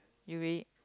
you really